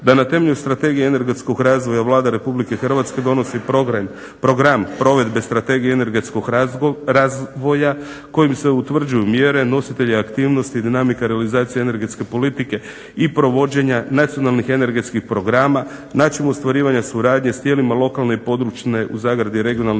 "Da na temelju strategije energetskog razvoja Vlada Republike Hrvatske donosi program provedbe strategije energetskog razvoja kojim se utvrđuju mjere, nositelji aktivnosti, dinamika, realizacija energetske politike i provođenja nacionalnih energetskih programa, način ostvarivanja suradnje sa tijelima lokalne i područne (regionalne)